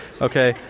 Okay